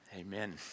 Amen